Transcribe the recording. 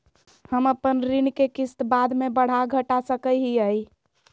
हम अपन ऋण के किस्त बाद में बढ़ा घटा सकई हियइ?